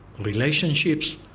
relationships